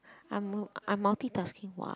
I'm mul~ I am multitasking [what]